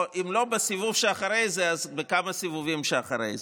ואם לא בסיבוב שאחרי זה, אז כמה סיבובים אחרי זה.